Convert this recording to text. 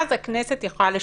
ואז הכנסת יכולה לשנות.